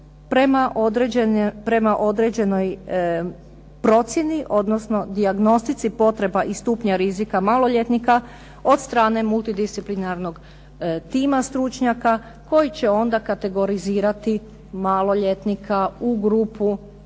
prema određenoj procjeni, odnosno dijagnostici potreba i stupnja rizika maloljetnika od strane multidisciplinarnog tima stručnjaka, koji će onda kategorizirati maloljetnika u grupu